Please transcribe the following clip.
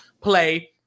play